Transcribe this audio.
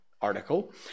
article